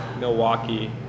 Milwaukee